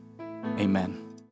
amen